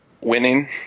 winning